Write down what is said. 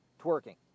Twerking